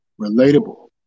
relatable